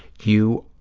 you,